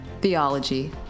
Theology